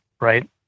right